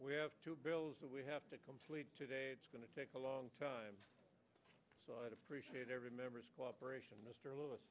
yeah two bills that we have to complete today it's going to take a long time so i'd appreciate every member's cooperation mr lewis